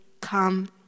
come